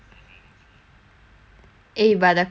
eh but the closet good okay and mummy